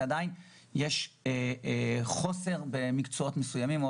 ובכל זאת יש חוסר במקצועות מסוימים.